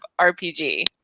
RPG